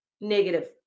negative